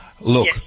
Look